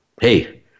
hey